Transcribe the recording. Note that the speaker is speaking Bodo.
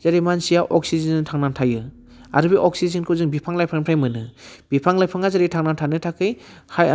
जेरै मानसिया अक्सिजेनजों थांना थायो आरो बे अक्सिजेनखौ जों बिफां लाइफांनिफ्राय मोनो बिफां लाइफाङा जेरै थांना थानो थाखायहाय